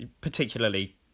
particularly